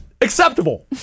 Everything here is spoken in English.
acceptable